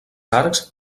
arcs